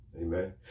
Amen